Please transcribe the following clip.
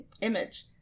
image